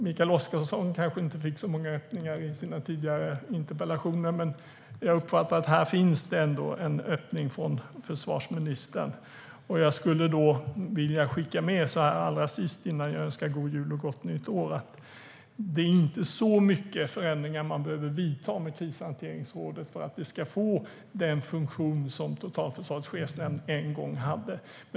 Mikael Oscarsson kanske inte fick så många öppningar i sina tidigare interpellationer, men jag uppfattar att det ändå finns en öppning från försvarsministern här. Allra sist, innan jag önskar god jul och gott nytt år, skulle jag därför vilja skicka med att det inte är så mycket förändringar man behöver vidta när det gäller Krishanteringsrådet för att det ska få den funktion som Totalförsvarets chefsnämnd en gång hade.